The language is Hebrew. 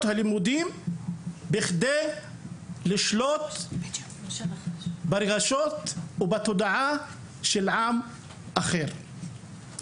הלימודים כדי לשלוט ברגשות ובתודעה של עם אחר.